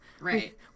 Right